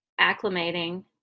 acclimating